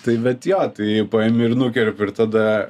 tai bet jo tai paimi ir nukerpi ir tada